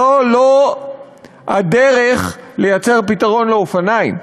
זו לא הדרך לייצר פתרון לאופניים.